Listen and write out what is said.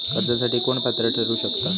कर्जासाठी कोण पात्र ठरु शकता?